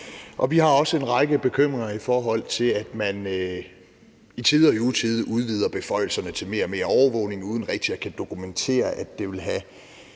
vi har også en række bekymringer, i forhold til at man i tide og i utide udvider beføjelserne til mere og mere overvågning uden rigtigt at kunne dokumentere, at det vil have